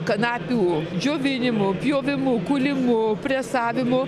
kanapių džiovinimų pjovimų kūlimų presavimų